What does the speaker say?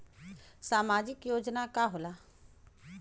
सामाजिक योजना का होला?